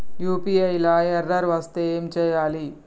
UPI లా error వస్తే ఏం చేయాలి?